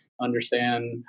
understand